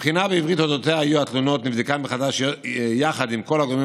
כי הבחינה בעברית שעל אודותיה היו התלונות נבדקה מחדש יחד עם כל הגורמים